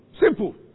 Simple